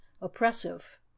oppressive